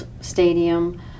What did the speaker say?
stadium